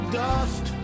dust